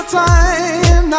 time